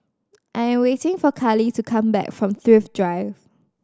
I'm waiting for Karly to come back from Thrift Drive